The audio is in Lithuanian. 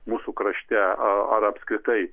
mūsų krašte a ar apskritai